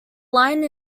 line